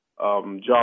John